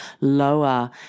lower